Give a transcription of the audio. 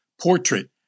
portrait